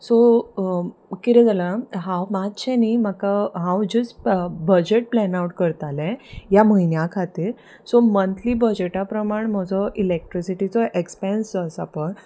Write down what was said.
so कितें जालां हांव मात्शें न्ही म्हाका हांव जस्ट बजट प्लॅन आवट करतालें ह्या म्हयन्या खातीर सो मंंतली बजटा प्रमाण म्हजो इलॅक्ट्रिसिटीचो एक्सपेंन्स जो आसा पळय